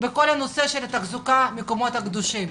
בנושא תחזוקת המקומות הקדושים.